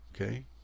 Okay